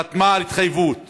חתמה על התחייבות